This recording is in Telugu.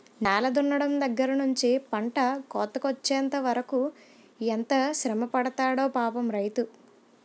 నేల దున్నడం దగ్గర నుంచి పంట కోతకొచ్చెంత వరకు ఎంత శ్రమపడతాడో పాపం రైతు